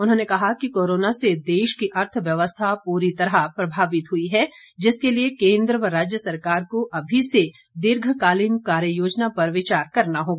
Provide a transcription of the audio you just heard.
उन्होंने कहा कि कोरोना से देश की अर्थव्यवस्था पूरी तरह प्रभावित हुई है जिसके लिए केंद्र व राज्य सरकार को अभी से दीर्घकालीन कार्य योजना पर विचार करना चाहिए